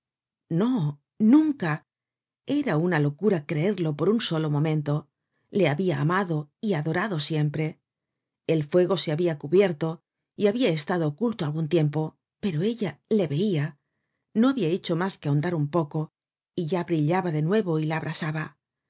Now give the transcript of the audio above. no nunca era una locura creerlo por un solo momento le habia amado y adorado siempre el fuego se habia cubierto y habia estado oculto algun tiempo pero ella le veia no habia hecho mas que ahondar un poco y ya brillaba de nuevo y la abrasaba